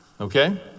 Okay